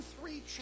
three